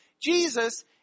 Jesus